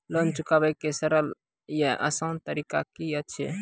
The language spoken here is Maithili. लोन चुकाबै के सरल या आसान तरीका की अछि?